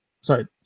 Sorry